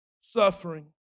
suffering